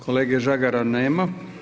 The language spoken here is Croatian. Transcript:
Kolege Žagara nema.